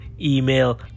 email